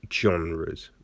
genres